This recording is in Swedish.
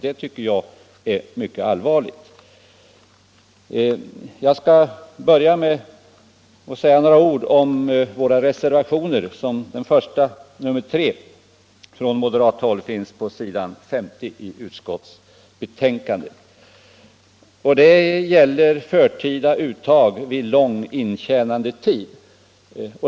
Det tycker jag är mycket allvarligt. Jag skulle vilja säga några ord om våra reservationer. Den första från moderat håll, nr 3, återfinns på s. 50 i utskottsbetänkandet. Den gäller förtida uttag vid lång intjänandetid.